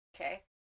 okay